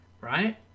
right